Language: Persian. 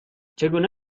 چگونه